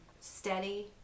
steady